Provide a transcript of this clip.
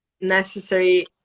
necessary